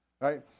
Right